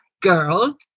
girl